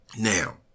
Now